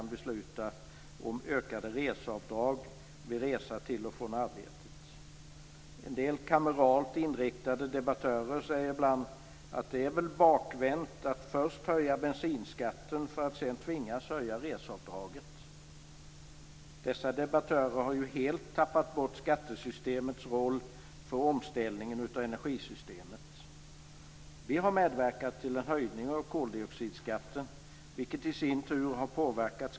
Dessa debattörer har ju helt tappat bort skattesystemets roll för omställningen av energisystemet.